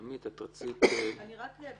עמית, את רצית להוסיף?